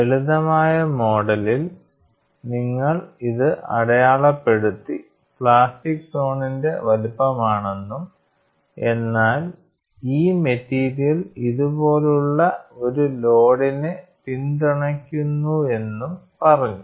ലളിതമായ മോഡലിൽ നിങ്ങൾ ഇത് അടയാളപ്പെടുത്തി പ്ലാസ്റ്റിക് സോണിന്റെ വലുപ്പമാണെന്നും എന്നാൽ ഈ മെറ്റീരിയൽ ഇതുപോലുള്ള ഒരു ലോഡിനെ പിന്തുണയ്ക്കുന്നുവെന്നും പറഞ്ഞു